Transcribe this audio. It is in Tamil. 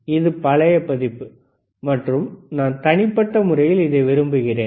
இது பழைய பதிப்பு மற்றும் நான் தனிப்பட்ட முறையில் இதை விரும்புகிறேன்